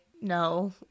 no